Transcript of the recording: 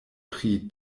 pri